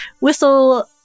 whistle